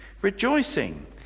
rejoicing